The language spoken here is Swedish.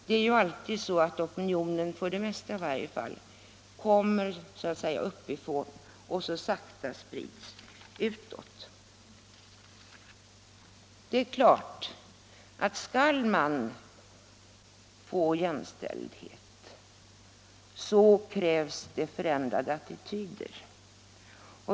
Det är för det mesta på det sättet att opinionen kommer uppifrån och sakta sprids utåt. För att få jämställdhet krävs det helt klart förändrade attityder.